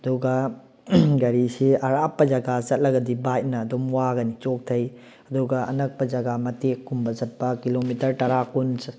ꯑꯗꯨꯒ ꯒꯥꯔꯤꯁꯤ ꯑꯔꯥꯞꯄ ꯖꯒꯥ ꯆꯠꯂꯒꯗꯤ ꯕꯥꯏꯛꯅ ꯑꯗꯨꯝ ꯋꯥꯒꯅꯤ ꯆꯣꯛꯊꯩ ꯑꯗꯨꯒ ꯑꯅꯛꯄ ꯖꯒꯥ ꯃꯇꯦꯛꯀꯨꯝꯕ ꯆꯠꯄ ꯀꯤꯂꯣꯃꯤꯇꯔ ꯇꯔꯥ ꯀꯨꯟ